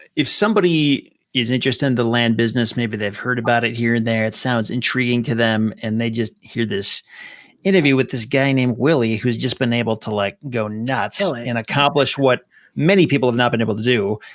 if somebody is interested in the land business, maybe they've heard about here, there, it sounds intriguing to them and they just hear this interview with this guy named willie who's just been able to like go nuts so ah and accomplish what many people have not been able to do,